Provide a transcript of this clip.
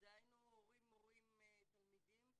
דהיינו הורים-מורים-תלמידים,